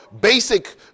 basic